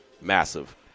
massive